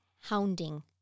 hounding